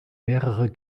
mehrere